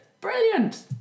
Brilliant